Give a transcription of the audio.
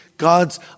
God's